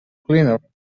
cleaner